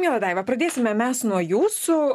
miela daiva pradėsime mes nuo jūsų